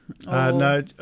No